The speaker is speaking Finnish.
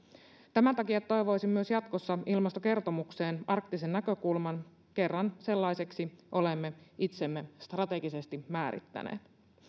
tämän takia toivoisin myös jatkossa ilmastokertomukseen arktisen näkökulman kun kerran sellaiseksi olemme itsemme strategisesti määrittäneet